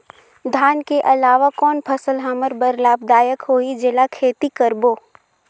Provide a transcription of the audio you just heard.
धान के अलावा कौन फसल हमर बर लाभदायक होही जेला खेती करबो?